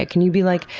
ah can you be, like,